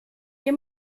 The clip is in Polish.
nie